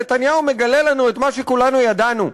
נתניהו מגלה לנו את מה שכולנו ידענו,